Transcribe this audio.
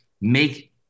make